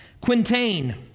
Quintain